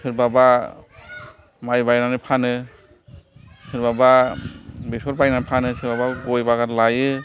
सोरबा बा माय बायनानै फानो सोरबाबा बेसर बायनानै फानो सोरबाबा गय बागान लायो